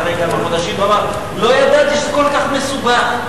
אחרי כמה חודשים ואמר: לא ידעתי שזה כל כך מסובך.